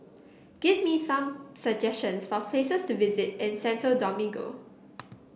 give me some suggestions for places to visit in Santo Domingo